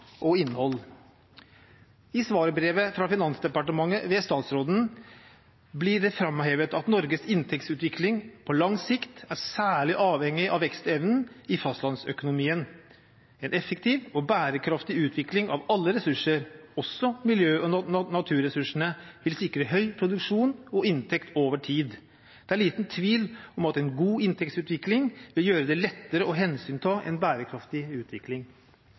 og innhold. I svarbrevet fra Finansdepartementet ved statsråden blir det framhevet at Norges inntektsutvikling på lang sikt er særlig avhengig av vekstevnen i fastlandsøkonomien. En effektiv og bærekraftig utvikling av alle ressurser, også miljø- og naturressursene, vil sikre høy produksjon og inntekt over tid. Det er liten tvil om at en god inntektsutvikling vil gjøre det lettere å hensynta en bærekraftig utvikling.